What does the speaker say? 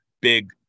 big